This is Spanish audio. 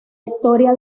historia